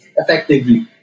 effectively